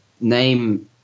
name